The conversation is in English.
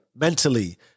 mentally